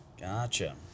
Gotcha